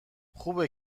خوبه